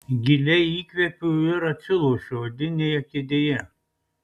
giliai įkvepiu ir atsilošiu odinėje kėdėje